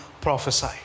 prophesy